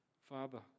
Father